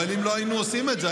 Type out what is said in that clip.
אבל אם לא היינו עושים את זה,